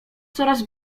coraz